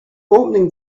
opening